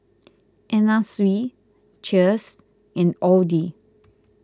Anna Sui Cheers and Audi